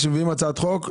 כשמביאים הצעת חוק,